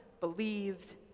believed